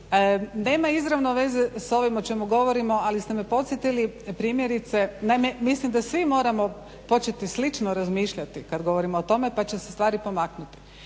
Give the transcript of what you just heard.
Nema izravno veze s ovim o čemu govorimo ali ste me podsjetili primjerice naime mislim da svi moramo početi slično razmišljati kada govorimo o tome pa će se stvari pomaknuti